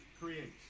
creates